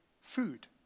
food